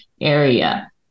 area